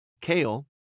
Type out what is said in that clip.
kale